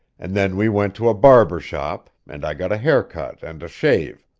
and then we went to a barber shop, and i got a hair cut and a shave.